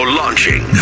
launching